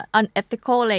unethical